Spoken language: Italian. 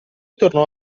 tornò